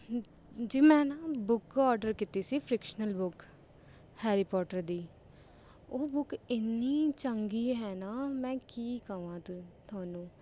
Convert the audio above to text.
ਜੀ ਮੈਂ ਨਾ ਬੁੱਕ ਆਰਡਰ ਕੀਤੀ ਸੀ ਫਰਿਕਸ਼ਨਲ ਬੁੱਕ ਹੈਰੀ ਪੋਟਰ ਦੀ ਉਹ ਬੁੱਕ ਇੰਨੀ ਚੰਗੀ ਹੈ ਨਾ ਮੈਂ ਕੀ ਕਵਾਂ ਤੂੰ ਤੁਹਾਨੂੰ